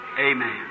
Amen